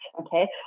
okay